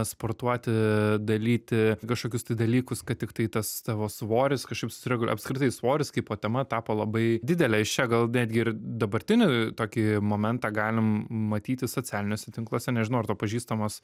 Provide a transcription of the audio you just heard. sportuoti dalyti kažkokius tai dalykus kad tiktai tas tavo svoris kažkaip suregul apskritai svoris kaipo tema tapo labai didelė iš čia gal netgi ir dabartinį tokį momentą galim matyti socialiniuose tinkluose nežinau ar tau pažįstamos